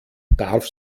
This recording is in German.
darf